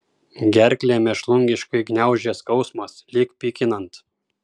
gerklę mėšlungiškai gniaužė skausmas lyg pykinant